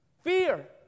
Fear